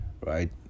right